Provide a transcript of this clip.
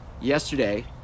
yesterday